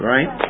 Right